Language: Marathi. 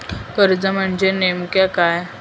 कर्ज म्हणजे नेमक्या काय?